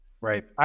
Right